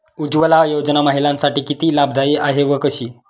उज्ज्वला योजना महिलांसाठी किती लाभदायी आहे व कशी?